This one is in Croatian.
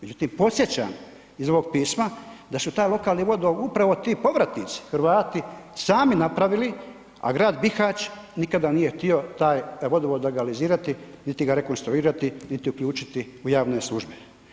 Međutim, podsjećam iz ovog pisma da su taj lokalni vodovod upravo ti povratnici Hrvati sami napravili a grad Bihać nikada nije htio taj vodovod legalizirati, niti ga rekonstruirati niti uključiti u javne službe.